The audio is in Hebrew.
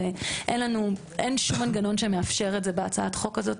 אין שום מנגנון שמאפשר את זה בהצעת החוק הזאת,